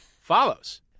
follows